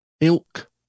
ilk